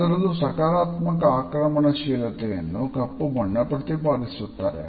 ಅದರಲ್ಲೂ ಸಕಾರಾತ್ಮಕ ಆಕ್ರಮಣಶೀಲತೆಯನ್ನು ಕಪ್ಪು ಬಣ್ಣ ಪ್ರತಿಪಾದಿಸುತ್ತದೆ